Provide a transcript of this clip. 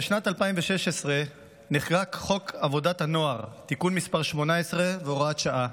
בשנת 2016 נחקק חוק עבודת הנוער (תיקון מס' 18 והוראת שעה),